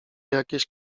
jakieś